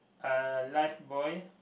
uh life buoy